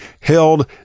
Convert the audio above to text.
held